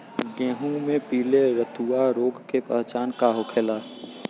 गेहूँ में पिले रतुआ रोग के पहचान का होखेला?